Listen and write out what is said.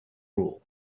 rule